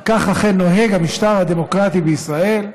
וכך אכן נוהג המשטר הדמוקרטי בישראל,